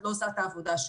את לא עושה את העבודה שלך.